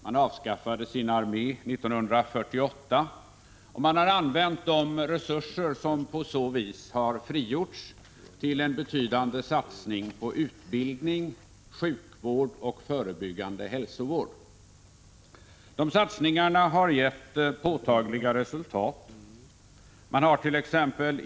Man avskaffade sin armé 1948, och man har använt de resurser som på så vis har frigjorts till en betydande satsning på utbildning, sjukvård och förebyggande hälsovård. De satsningarna har gett påtagliga resultat. Man hart.ex.